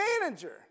manager